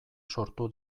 sortu